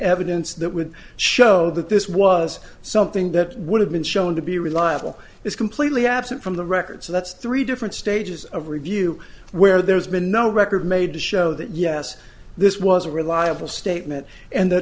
evidence that would show that this was something that would have been shown to be reliable is completely absent from the record so that's three different stages of review where there's been no record made to show that yes this was a reliable statement and the